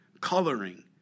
coloring